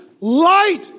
light